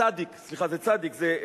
זה צד"י,